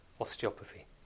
osteopathy